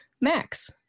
Max